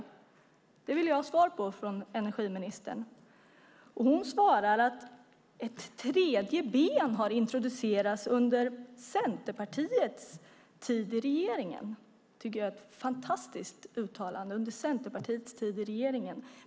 Detta vill jag ha svar på från energiministern. Hon svarade att ett tredje ben har introducerats under Centerpartiets tid i regeringen. Det tycker jag är ett fantastiskt uttalande - under Centerpartiets tid i regeringen.